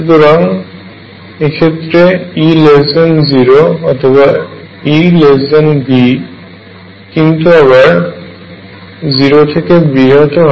সুতরাং এক্ষেত্রে E0 অথবা EV কিন্তু আবার 0 এর থেকে বৃহৎ হয়